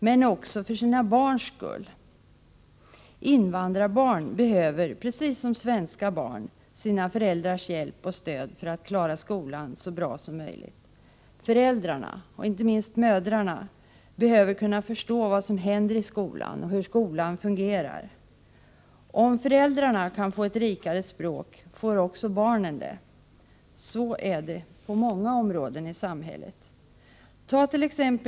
Men också för sina barns skull. Invandrarbarn behöver precis som svenska barn sina föräldrars hjälp och stöd för att klara skolan så bra som möjligt. Föräldrarna — inte minst mödrarna — behöver kunna förstå vad som händer i skolan och hur skolan fungerar. Om föräldrarna kan få ett rikare språk får också barnen det. Så är det på många områden i samhället.